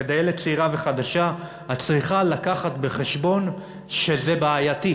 כדיילת צעירה וחדשה את צריכה לקחת בחשבון שזה בעייתי",